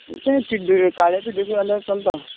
ते पिड्डूक्यो काळें पिड्डूक्यो आसल्यार चलता